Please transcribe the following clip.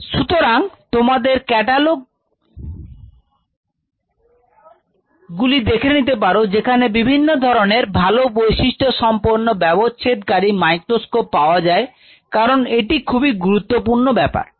সুতরাং তোমরা ক্যাটালগ গুলি দেখতে পারো যেখানে বিভিন্ন ধরনের ভালো বৈশিষ্ট্য সম্পন্ন ব্যবচ্ছেদ কারী মাইক্রোস্কোপ পাওয়া যায় কারণ এটি খুবই গুরুত্বপূর্ণ ব্যাপার